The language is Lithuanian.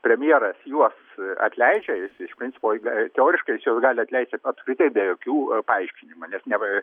premjeras juos atleidžia jis iš principo teoriškai jis juos gali stleisti apskritai be jokių paaiškinimų nes neva